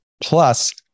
Plus